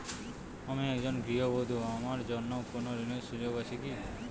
আমি একজন গৃহবধূ আমার জন্য কোন ঋণের সুযোগ আছে কি?